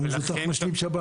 הוא היה מבוטח במשלים שב"ן.